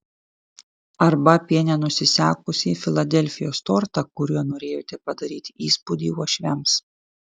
arba apie nenusisekusį filadelfijos tortą kuriuo norėjote padaryti įspūdį uošviams